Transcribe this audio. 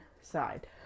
side